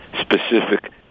specific